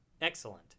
excellent